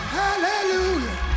hallelujah